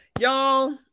y'all